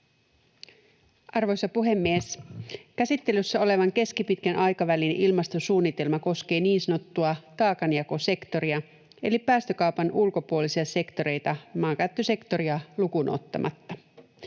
Arvoisa puhemies! Käsittelyssä oleva keskipitkän aikavälin ilmastosuunnitelma koskee niin sanottua taakanjakosektoria, eli päästökaupan ulkopuolisia sektoreita maankäyttösektoria lukuun ottamatta.